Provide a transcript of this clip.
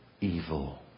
evil